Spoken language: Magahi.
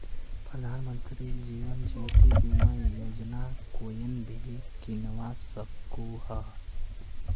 प्रधानमंत्री जीवन ज्योति बीमा योजना कोएन भी किन्वा सकोह